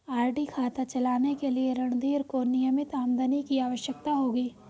RD खाता चलाने के लिए रणधीर को नियमित आमदनी की आवश्यकता होगी